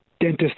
dentist